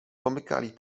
pomykali